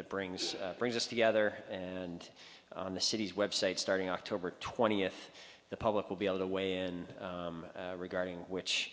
that brings brings us together and the city's website starting october twentieth the public will be able to weigh in regarding which